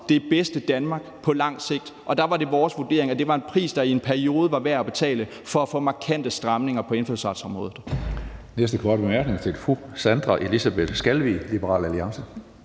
det bedste Danmark på lang sigt, og der var det vores vurdering, at det var en pris, der i en periode var værd at betale for at få markante stramninger på indfødsretsområdet.